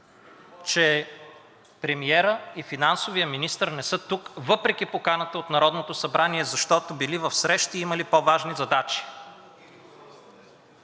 че премиерът и финансовият министър не са тук въпреки поканата от Народното събрание, защото били в срещи и имали по-важни задачи.